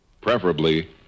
preferably